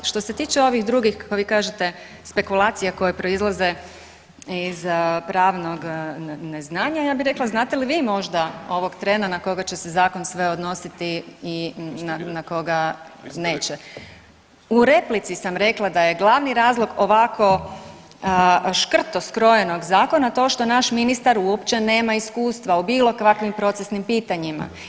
Što se tiče ovih drugih, kako vi kažete spekulacije koje proizlaze iz pravog neznanja, ja bih rekla, znate li vi možda ovog trena na koga će se zakon sve odnositi i na koga neće? ... [[Upadica se ne čuje.]] U replici sam rekla da je glavni razlog ovako škrto skrojenog zakona to što naš ministar uopće nema iskustva u bilo kakvim procesnim pitanjima.